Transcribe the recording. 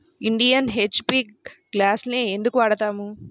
Indian, HP గ్యాస్లనే ఎందుకు వాడతాము?